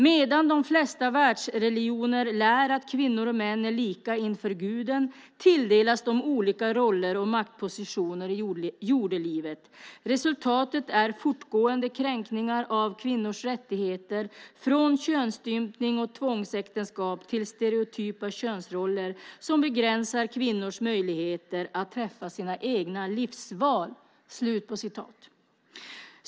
Medan de flesta världsreligioner lär att kvinnor och män är lika inför guden tilldelas de olika roller och maktpositioner i jordelivet. Resultatet är fortgående kränkningar av kvinnors rättigheter, från könsstympning och tvångsäktenskap till stereotypa könsroller som begränsar kvinnors möjligheter att träffa sina egna livsval.